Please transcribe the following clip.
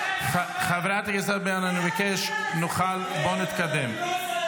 אני מבקש, נוכל, בואו נתקדם.